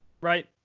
right